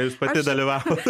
jūs pati dalyvavot